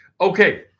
Okay